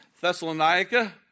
Thessalonica